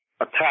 attack